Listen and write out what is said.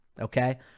Okay